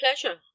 pleasure